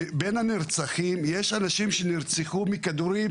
בין הנרצחים יש אנשים שנרצחו מכדורים